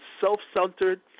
self-centered